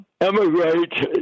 Emigrate